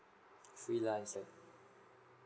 freelance eh